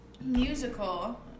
musical